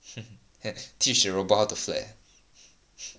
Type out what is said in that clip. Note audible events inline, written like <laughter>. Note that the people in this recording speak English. <laughs> teach the robot how to flirt eh